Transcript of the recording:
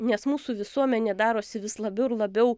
nes mūsų visuomenė darosi vis labiau ir labiau